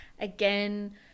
again